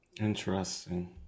Interesting